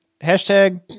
hashtag